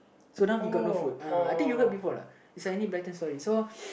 so now he got no food uh I think you heard before lah it's a Enid-Blyton story so